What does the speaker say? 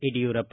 Yediyurappa